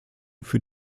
für